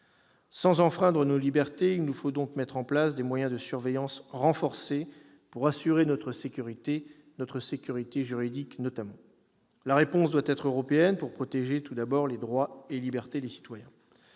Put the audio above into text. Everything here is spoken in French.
Sans enfreindre nos libertés, il nous faut donc mettre en place des moyens de surveillance renforcés pour assurer notre sécurité, en particulier notre sécurité juridique. La réponse doit être européenne, pour protéger tout d'abord les droits et libertés des citoyens.